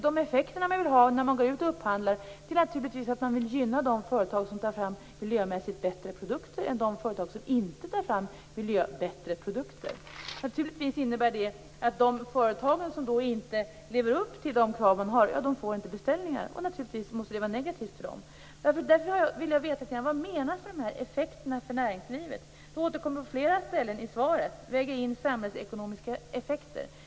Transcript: De effekter som man vill ha när man går ut och upphandlar är naturligtvis att man vill gynna de företag som tar fram miljömässigt bättre produkter än de företag som inte tar fram miljömässigt bättre produkter. Naturligtvis innebär det att de företag som inte lever upp till kraven inte får beställningar, och naturligtvis måste det vara negativt för dem. Därför vill jag veta vad som menas med dessa effekter för näringslivet. På flera ställen i svaret återkommer ministern till att man skall väga in samhällsekonomiska effekter.